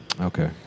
Okay